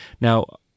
Now